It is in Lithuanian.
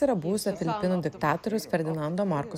yra buvusio filipinų diktatoriaus ferdinando marko